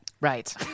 Right